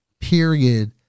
period